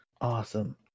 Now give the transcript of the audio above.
Awesome